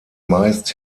meist